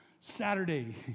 Saturday